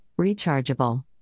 Rechargeable